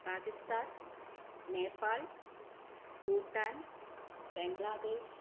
Pakistan Nepal Bhutan Bangladesh